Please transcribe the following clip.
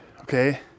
okay